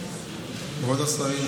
כבוד השרים,